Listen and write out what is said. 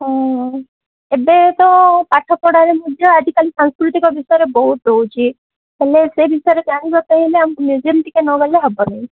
ହଁ ହଁ ଏବେତ ପାଠ ପଢ଼ାରେ ବୋଝ ଆଜିକାଲି ସାଂସ୍କୃତିକ ବିଷୟରେ ବହୁତ ଦଉଛି ହେଲେ ସେ ବିଷୟରେ ଜାଣିବା ପାଇଁ ହେଲେ ଆମକୁ ମ୍ୟୁଜିୟମ୍ ଟିକେ ନଗଲେ ହେବନି